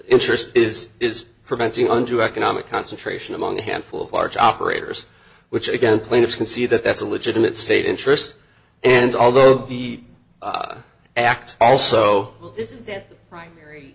interest is is preventing under economic concentration among a handful of large operators which again plaintiffs can see that that's a legitimate state interest and although the act also